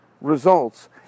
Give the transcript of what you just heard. results